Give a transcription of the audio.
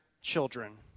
children